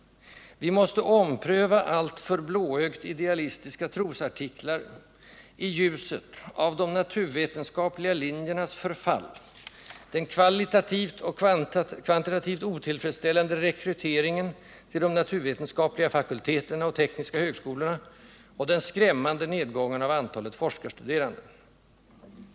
Vi måste ompröva alltför blåögt idealistiska trosartiklar i ljuset av de naturvetenskapliga linjernas förfall, den kvalitativt och kvantitativt otillfredsställande rekryteringen till de naturvetenskapliga fakulteterna och de tekniska högskolorna och den skrämmande nedgången av antalet forskarstuderande.